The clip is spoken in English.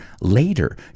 later